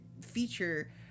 feature